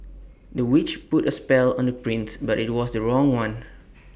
the witch put A spell on the prince but IT was the wrong one